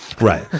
right